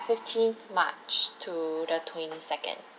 fifteenth march to the twenty second